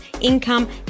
income